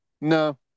No